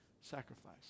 sacrifice